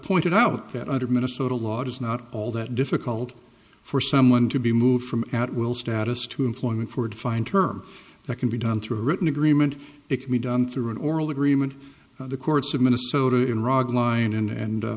pointed out that under minnesota law it is not all that difficult for someone to be moved from at will status to employment for a defined term that can be done through a written agreement it can be done through an oral agreement the courts of minnesota in rog line and